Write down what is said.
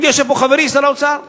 הנה, יושב פה חברי שר האוצר לשעבר,